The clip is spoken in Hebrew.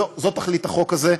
זאת תכלית החוק הזה.